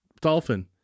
dolphin